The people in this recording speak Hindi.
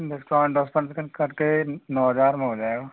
डिस्काउंट विस्काउंट कट के नौ हज़ार में हो जाएगा